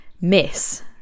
miss